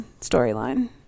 storyline